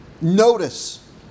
Notice